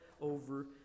over